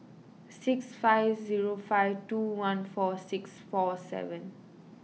six five zero five two one four six four seven